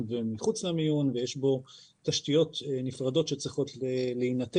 אני בטוחה שזה עומד לנגד